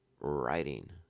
writing